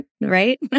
right